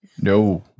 No